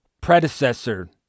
predecessor